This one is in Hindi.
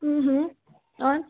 हम्म हम्म और